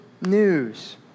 news